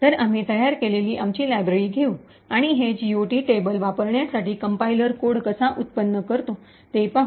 तर आम्ही तयार केलेली आमची लायब्ररी घेऊ आणि हे GOT टेबल वापरण्यासाठी कंपाईलर कोड कसा उत्पन्न करतो ते पाहू